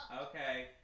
Okay